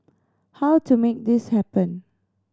how to make this happen